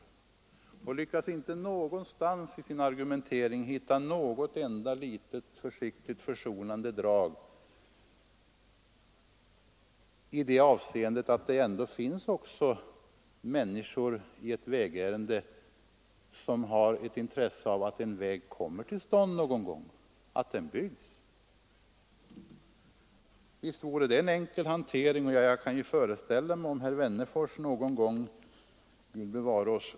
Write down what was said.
Och herr Wennerfors lyckades inte någonstans i sin argumentering hitta något enda litet försonande drag av den innebörden att det också i vägärenden finns människor som har intresse av att en väg kommer till stånd och blir byggd. Jag kan föreställa mig att om herr Wennerfors någon gång — Gud bevare oss!